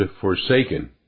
forsaken